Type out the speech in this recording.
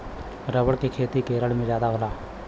rubber के खेती केरल में जादा होला